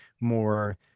more